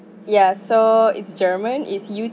ya so is german it's U